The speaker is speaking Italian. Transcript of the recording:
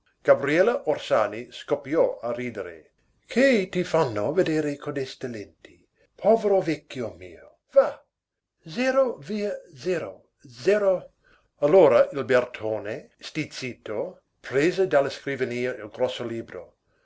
gabriele orsani scoppiò a ridere che ti fanno vedere codeste lenti povero vecchio mio vah zero via zero zero allora il bertone stizzìto prese dalla scrivania il grosso libro